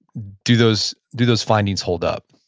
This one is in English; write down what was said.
do those do those findings hold up?